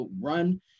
run